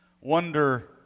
Wonder